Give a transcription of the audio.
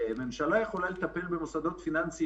ממשלה יכולה לטפל במוסדות פיננסיים,